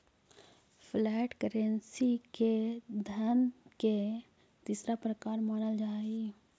flat currency के धन के तीसरा प्रकार मानल जा हई